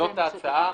זאת ההצעה,